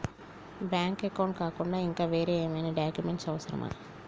Bank account కాకుండా ఇంకా వేరే ఏమైనా డాక్యుమెంట్స్ అవసరమా?